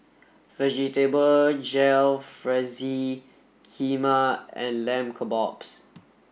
Vegetable Jalfrezi Kheema and Lamb Kebabs